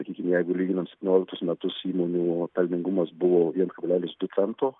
sakykim jeigu lyginant septynioliktus metus įmonių pelningumas buvo viens kablelis du cento